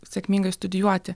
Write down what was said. sėkmingai studijuoti